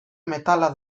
metala